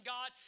God